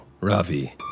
Ravi